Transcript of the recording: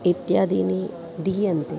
इत्यादीनि दीयन्ते